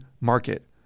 market